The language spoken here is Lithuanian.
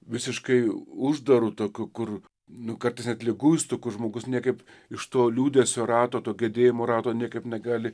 visiškai uždarų tokių kur nu kartais net liguistas žmogus niekaip iš to liūdesio rato tų gebėjimų rato niekaip negali